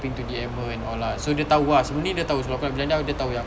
hoping to D_M her and all lah so dia tahu ah sebelum ni dia tahu sebab aku dah bilang dia yang